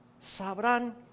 sabrán